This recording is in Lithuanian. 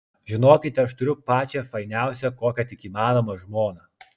žinokite aš turiu pačią fainiausią kokią tik įmanoma žmoną